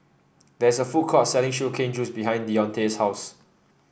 there is a food court selling Sugar Cane Juice behind Deontae's house